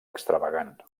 extravagant